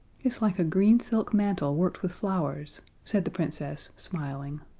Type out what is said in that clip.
it's like a green silk mantle worked with flowers, said the princess smiling.